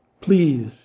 Please